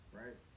right